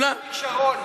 מה עם אריק שרון?